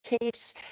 case